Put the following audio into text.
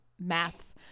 math